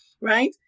Right